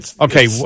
okay